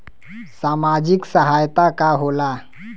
सामाजिक सहायता का होला?